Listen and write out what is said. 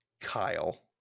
kyle